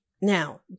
Now